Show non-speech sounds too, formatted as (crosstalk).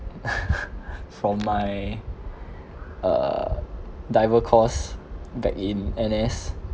(laughs) from my uh diver course back in N_S